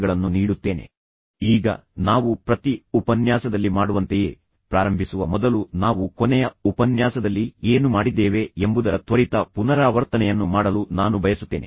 ತದನಂತರ ಆ ಹಂತದ ಕಡೆಗೆ ನೀವು ನಿಮ್ಮ ಸಾಮರ್ಥ್ಯವನ್ನು ಈಗ ನಾವು ಪ್ರತಿ ಉಪನ್ಯಾಸದಲ್ಲಿ ಮಾಡುವಂತೆಯೇ ಪ್ರಾರಂಭಿಸುವ ಮೊದಲು ನಾವು ಕೊನೆಯ ಉಪನ್ಯಾಸದಲ್ಲಿ ಏನು ಮಾಡಿದ್ದೇವೆ ಎಂಬುದರ ತ್ವರಿತ ಪುನರಾವರ್ತನೆಯನ್ನು ಮಾಡಲು ನಾನು ಬಯಸುತ್ತೇನೆ